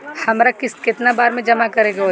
हमरा किस्त केतना बार में जमा करे के होई?